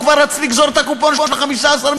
שהוא כבר רץ לגזור את הקופון של 15 המיליארד.